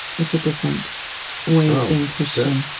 it's a different way of being christian